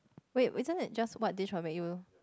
wait isn't it just what dish will make you